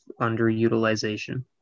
underutilization